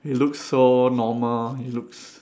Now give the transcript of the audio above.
he looks so normal he looks